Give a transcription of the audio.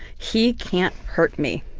he can't hurt me.